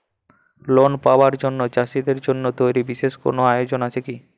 Loan পাবার জন্য চাষীদের জন্য তৈরি বিশেষ কোনো যোজনা আছে কি?